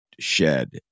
shed